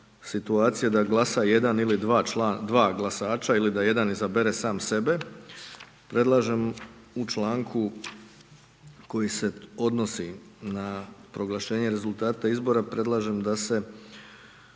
situacije da glasa jedan ili dva člana, dva glasača, ili da jedan izabere sam sebe, predlažem u članku koji se odnosi na proglašenje rezultata izbora, predlažem da se